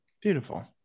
beautiful